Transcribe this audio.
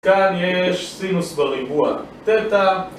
כאן יש סינוס בריבוע תטא